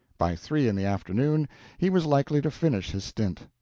by three in the afternoon he was likely to finish his stint.